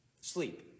Sleep